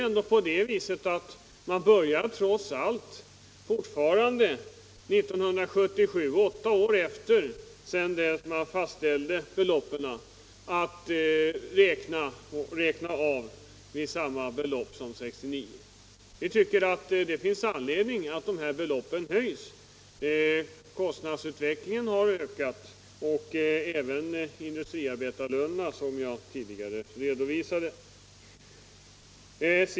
Ännu 1977 — åtta år efter det att beloppen fastställdes — räknar man dock med samma belopp som 1969, fru Håvik. Vi tycker att det finns anledning att höja det beloppet. Kostnadsutvecklingen har ökat och även industriarbetarlönerna, som jag tidigare redovisade.